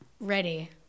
ready